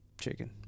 chicken